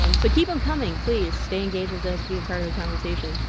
um so keep them coming, please stay engage with us be a part of the conversation.